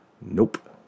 Nope